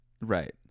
Right